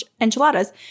enchiladas